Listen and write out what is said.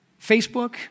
Facebook